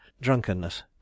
drunkenness